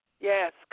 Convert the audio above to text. Yes